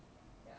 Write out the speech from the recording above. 很 bo hua leh